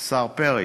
השר פרי